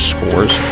Scores